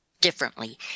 differently